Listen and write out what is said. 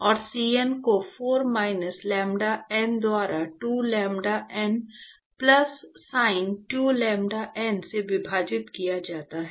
और C n को 4 sine lambda n द्वारा 2 lambda n plus sine 2 lambda n से विभाजित किया जाता है